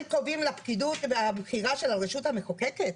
הם קובעים לפקידות והבחירה של הרשות המחוקקת?